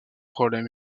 problèmes